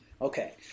Okay